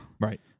Right